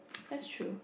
that's true